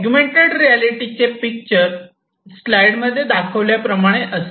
augmented रियालिटीचे picture स्लाइडमध्ये दाखवल्याप्रमाणे असते